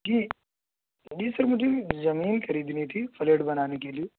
جی جی سر مجھے یہ زمین خریدنی تھی فلیٹ بنانے کے لیے